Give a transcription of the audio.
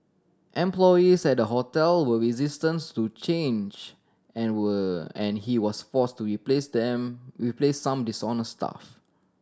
employees at the hotel were resistance to change and were and he was forced to replace them replace some dishonest staff